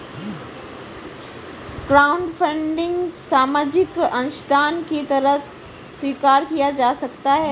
crowdfunding सामाजिक अंशदान की तरह स्वीकार किया जा सकता है